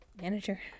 manager